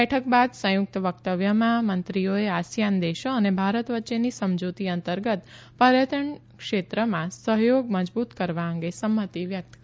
બેઠક બાદ સંયુકત વકતવ્યમાં મંત્રીઓએ આસિયાન દેશો અને ભારત વચ્ચેની સમજુતી અંતર્ગત પર્યટન ક્ષેત્રમાં સહયોગ મજબુત કરવા અંગે સંમતી વ્યકત કરી